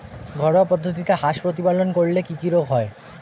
ঘরোয়া পদ্ধতিতে হাঁস প্রতিপালন করলে কি কি রোগ হয়?